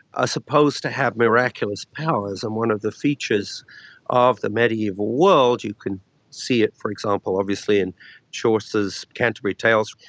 ah supposed to have miraculous powers. and one of the features of the mediaeval world, you can see it for example obviously in chaucer's canterbury tales,